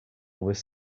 was